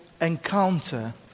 encounter